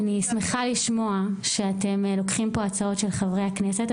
אני שמחה לשמוע שאתם לוקחים פה הצעות של חברי הכנסת,